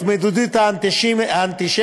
התמודדות עם אנטישמיות,